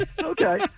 Okay